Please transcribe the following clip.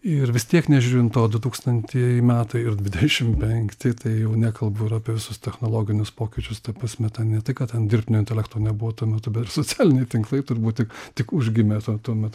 ir vis tiek nežiūrint to dutūkstantieji metai ir dvideišmt penkti tai jau nekalbu apie visus technologinius pokyčius ta prasme ten ne tai kad ten dirbtinio intelekto nebuvo tuo metu bet socialiniai tinklai turbūt tik tik užgimė tuo tuo metu